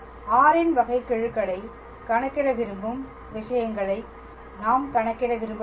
R இன் வகைக்கெழுகளைக் கணக்கிட விரும்பும் விஷயங்களை நாம் கணக்கிட விரும்பவில்லை